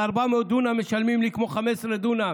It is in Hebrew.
על 400 דונם משלמים לי כמו על 15 דונם.